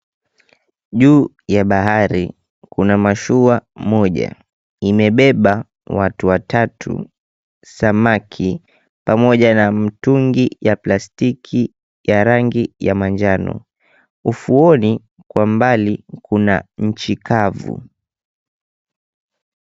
Juu ya bahari kuna mashua moja imebeba watu watatu, samaki pamoja mtungi wa plastiki wa rangi ya manjano. Ufuoni kwa mbali kuna nchi kavu.